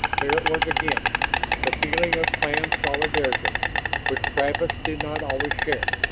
there it was again, the feeling of clan solidarity which travis did not always share.